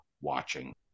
watching